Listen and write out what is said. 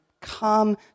come